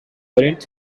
current